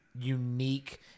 unique